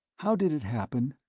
how did it happen?